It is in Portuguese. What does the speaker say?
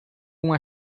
uma